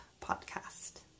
Podcast